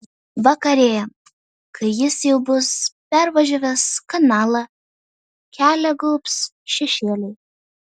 vakarėjant kai jis jau bus pervažiavęs kanalą kelią gaubs šešėliai